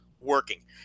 working